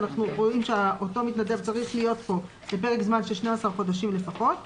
אנחנו רואים שאותו מתנדב צריך להיות פה לפרק זמן של 12 חודשים לפחות.